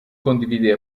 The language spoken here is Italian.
condivide